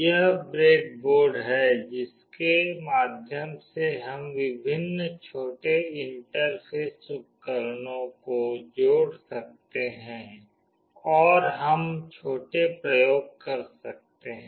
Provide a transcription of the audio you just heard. यह ब्रेडबोर्ड है जिसके माध्यम से हम विभिन्न छोटे इंटरफेस उपकरणों को जोड़ सकते हैं और हम छोटे प्रयोग कर सकते हैं